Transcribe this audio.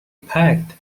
packed